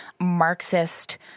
Marxist